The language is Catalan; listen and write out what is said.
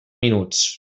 minuts